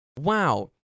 wow